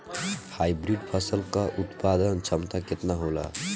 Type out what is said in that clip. Hybrid फसल क उत्पादन क्षमता केतना होला?